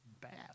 bad